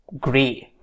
great